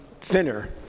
thinner